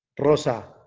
rosa.